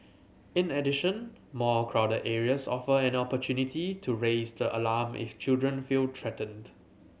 in addition more crowded areas offer an opportunity to raise the alarm if children feel threatened